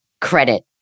credit